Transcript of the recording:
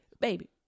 Baby